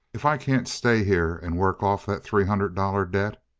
if i can't stay here and work off that three-hundred-dollar debt